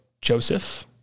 Joseph